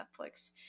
Netflix